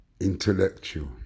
intellectual